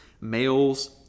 males